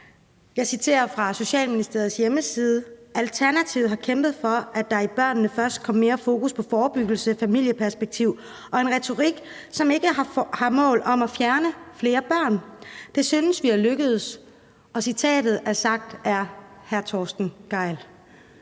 Jeg citerer fra Socialministeriets hjemmeside: »Alternativet har kæmpet for, at der i Børnene Først kom mere fokus på forebyggelse, familieperspektiv og en retorik, som ikke har et mål om at fjerne flere børn. Det synes vi er lykkedes.« Citatet er fra hr. Torsten Gejl.